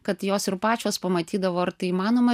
kad jos ir pačios pamatydavo ar tai įmanoma